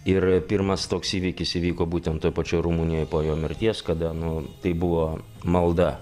ir pirmas toks įvykis įvyko būtent toj pačioj rumunijoj po jo mirties kada nu tai buvo malda